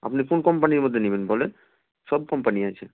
আপনি কোন কোম্পানির মধ্যে নেবেন বলেন সব কোম্পানি আছে